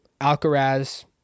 Alcaraz